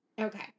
Okay